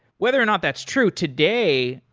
whether or not that's true, today,